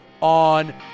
on